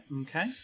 okay